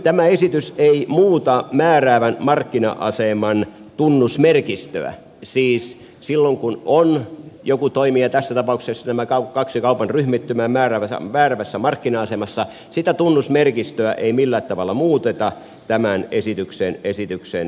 tämä esitys ei muuta määräävän markkina aseman tunnusmerkistöä siis silloin kun on joku toimija tässä tapauksessa nämä kaksi kaupan ryhmittymää määräävässä markkina asemassa sitä tunnusmerkistöä ei millään tavalla muuteta tämän esityksen seurauksena